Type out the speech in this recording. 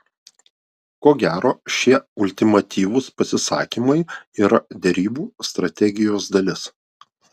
ko gero šie ultimatyvūs pasisakymai yra derybų strategijos dalis